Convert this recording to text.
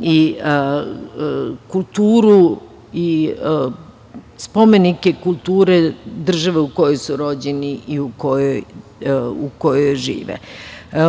i kulturu i spomenike kulture države u kojoj su rođeni i u kojoj žive.